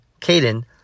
Caden